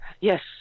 Yes